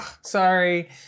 sorry